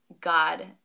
God